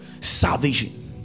Salvation